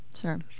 sure